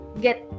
get